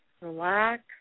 relax